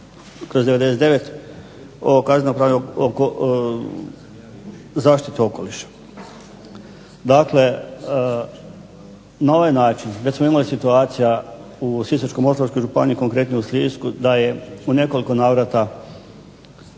sa Direktivom 208/99 o zaštiti okoliša. Dakle na ovaj način, već smo imali situacija u Sisačko-moslavačkoj županiji, konkretno u Sisku, da je u nekoliko navrata